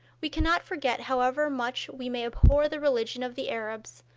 we cannot forget, however much we may abhor the religion of the arabs,